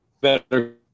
better